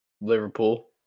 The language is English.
Liverpool